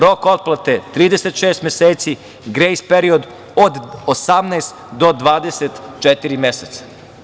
Rok otplate 36 meseci, grejs period od 18 do 24 meseca.